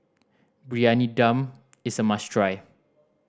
Briyani Dum is a must try